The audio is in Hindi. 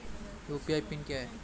यू.पी.आई पिन क्या है?